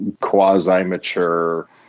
quasi-mature